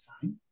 time